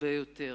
הרבה יותר.